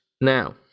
Now